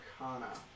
Arcana